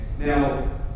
Now